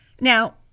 Now